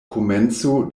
komenco